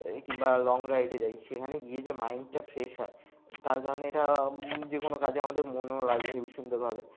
কিংবা লং রাইডে যাই সেখানে গিয়ে যে মাইন্ডটা ফ্রেশ হয় তার কারণে এটা যে কোনো কাজে আমাদের মনও লাগে হেবি সুন্দরভাবে